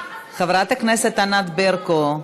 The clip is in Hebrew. היחס, חברת הכנסת ענת ברקו.